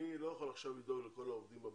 אני לא יכול עכשיו לדאוג לכל העובדים במדינה.